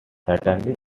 silently